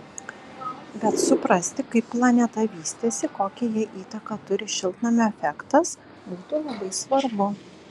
bet suprasti kaip planeta vystėsi kokią jai įtaką turi šiltnamio efektas būtų labai svarbu